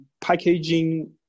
packaging